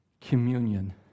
communion